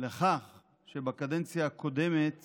לכך שבקדנציה הקודמת